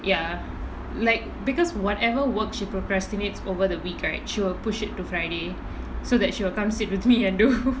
ya like because whatever work she procrastinate over the week right she will push it to friday so that she will come sit with me and do